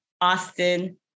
Austin